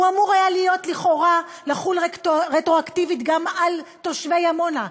הוא אמור היה לכאורה לחול רטרואקטיבית גם על תושבי עמונה,